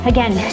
Again